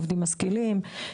עובדים משכילים,